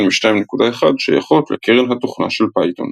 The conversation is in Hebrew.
מ־2.1 שייכות לקרן התוכנה של פייתון.